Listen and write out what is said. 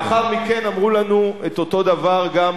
לאחר מכן אמרו לנו את אותו דבר גם